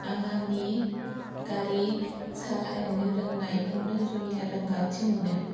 आं आंनि गारि सालायनो रोंनायखौनो जुनिया रोंगथि मोनो